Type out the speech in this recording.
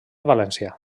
valència